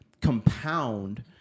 compound